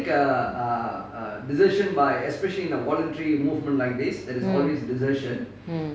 mm mm